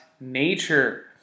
nature